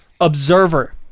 Observer